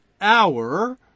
hour